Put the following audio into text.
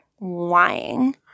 lying